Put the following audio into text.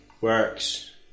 works